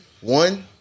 One